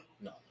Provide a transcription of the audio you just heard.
No